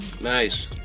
Nice